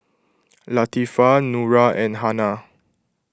Latifa Nura and Hana